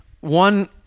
One